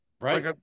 Right